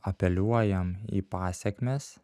apeliuojam į pasekmes